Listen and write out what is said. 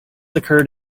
occurred